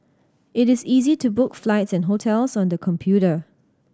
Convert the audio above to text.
it is easy to book flights and hotels on the computer